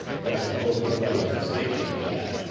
but i suppose nobody would stake me to that.